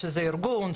שזה ארגון,